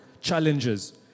challenges